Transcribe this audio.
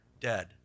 dead